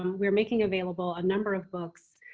um we're making available a number of books